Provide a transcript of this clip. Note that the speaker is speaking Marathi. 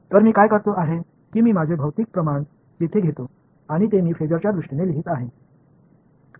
तर मी काय करतो आहे की मी माझे भौतिक प्रमाण इथे घेतो आणि ते मी फेसरच्या दृष्टीने लिहीत आहे